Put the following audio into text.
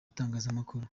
bitangazamakuru